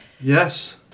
Yes